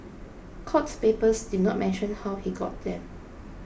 court papers did not mention how he got them